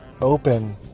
open